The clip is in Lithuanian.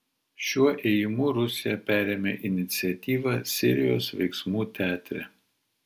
šiuo ėjimu rusija perėmė iniciatyvą sirijos veiksmų teatre